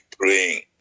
praying